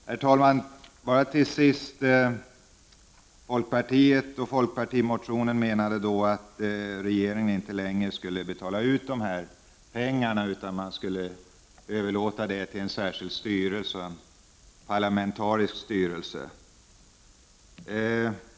Herr talman! Folkpartimotionärerna menar att regeringen inte längre skall betala ut de här pengarna utan överlåta det till en särskild parlamentarisk styrelse.